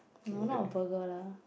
no not a burger lah